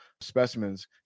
specimens